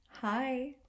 Hi